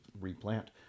replant